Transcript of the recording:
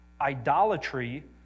idolatry